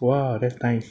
!wah! that's nice